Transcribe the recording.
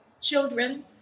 children